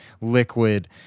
Liquid